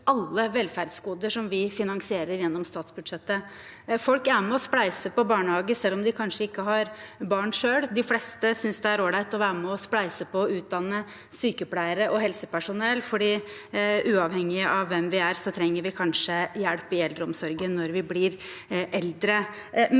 alle velferdsgoder som vi finansierer gjennom statsbudsjettet? Folk er med og spleiser på barnehage selv om de kanskje ikke har barn selv. De fleste synes det er ålreit å være med og spleise på å utdanne sykepleiere og helsepersonell, for uavhengig av hvem vi er, trenger vi kanskje hjelp i eldreomsorgen når vi blir eldre.